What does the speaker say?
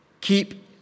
Keep